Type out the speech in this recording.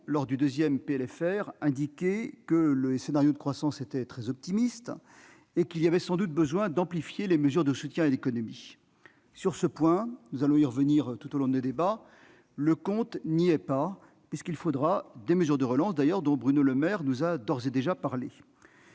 nous avions indiqué que le scénario de croissance était très optimiste et qu'il y avait sans doute besoin d'amplifier les mesures de soutien à l'économie. Sur ce point- nous allons y revenir tout au long des débats -, le compte n'y est pas. Il faudra des mesures de relance, dont Bruno Le Maire nous a d'ailleurs d'ores et déjà parlé.